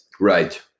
Right